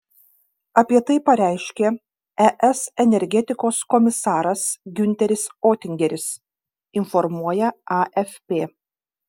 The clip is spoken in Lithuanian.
apie tai pareiškė es energetikos komisaras giunteris otingeris informuoja afp